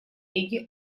лиги